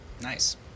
Nice